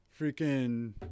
freaking